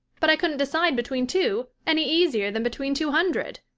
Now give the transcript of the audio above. but i couldn't decide between two any easier than between two hundred.